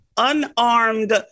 unarmed